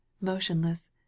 motionless